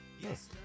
Yes